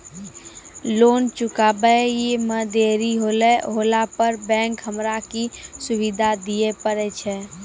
Loan चुकब इ मे देरी होला पर बैंक हमरा की सुविधा दिये पारे छै?